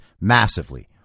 massively